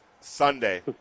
Sunday